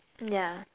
yeah